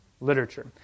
literature